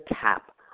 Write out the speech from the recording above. tap